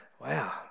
wow